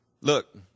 Look